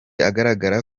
agaragara